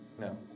No